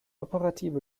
operative